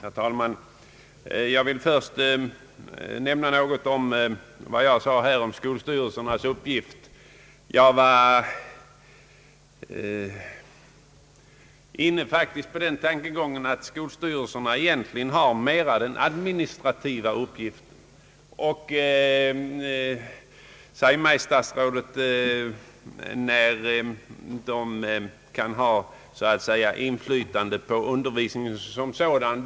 Herr talman! Jag vill först göra ett tillägg till det jag sade om skolstyrelsernas uppgift. Jag var faktiskt inne på den tankegången, att skolstyrelserna egentligen mera har den administrativa uppgiften. Och säg mig, herr statsråd, när de kan så att säga öva inflytande på undervisningen som sådan.